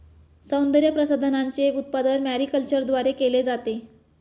सौंदर्यप्रसाधनांचे उत्पादन मॅरीकल्चरद्वारे केले जाते